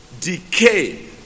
decay